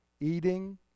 eating